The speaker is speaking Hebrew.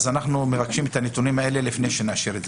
אנחנו מבקשים את הנתונים האלה לפני שנאשר.